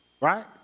Right